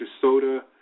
soda